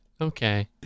okay